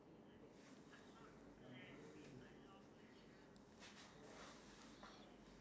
like just concealer I think it's just your high point your uh your you know your